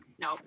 no